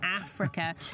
africa